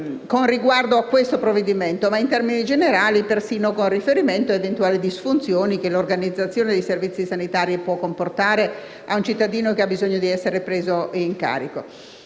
con riguardo a questo provvedimento, ma anche in termini generali, persino con riferimento ad eventuali disfunzioni che l'organizzazione dei servizi sanitari può comportare nei confronti di un cittadino che ha bisogno di essere preso in carico.